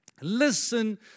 Listen